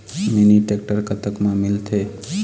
Mini tractor कतक म मिलथे?